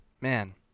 Man